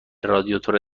رادیاتور